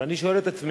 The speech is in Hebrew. אבל אני שואל את עצמי,